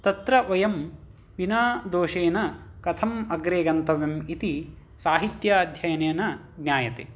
तत्र वयं विना दोषेण कथम् अग्रे गन्तव्यम् इति साहित्य अध्ययनेन ज्ञायते